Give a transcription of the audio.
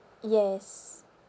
yes